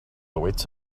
awaits